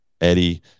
eddie